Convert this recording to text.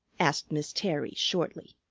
asked miss terry shortly.